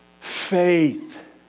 Faith